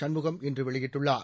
சண்முகம் இன்று வெளியிட்டுள்ளார்